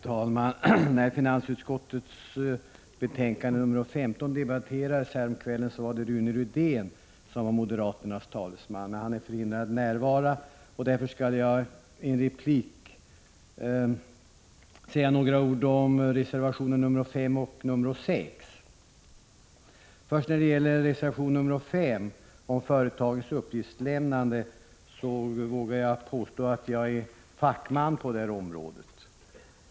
Fru talman! När finansutskottets betänkande nr 15 debatterades häromkvällen var Rune Rydén moderaternas talesman. Han är förhindrad att nu närvara. Därför skall jag i en replik säga några ord om reservationerna nr 5 och 6. När det gäller reservation nr 5 om företagens uppgiftslämnande vågar jag påstå att jag är fackman på området.